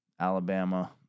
Alabama